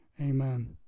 Amen